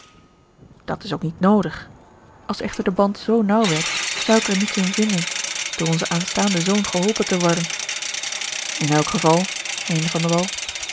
dat is ook niet noodig als echter de band zoo naauw werd zou ik er niets in vinden door onzen aanstaanden zoon geholpen te worden in elk geval meende